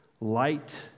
light